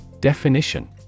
Definition